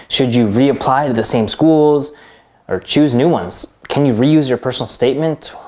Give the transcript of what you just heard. should you reapply to the same schools or choose new ones? can you reuse your personal statement?